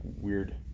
weird